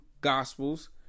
gospels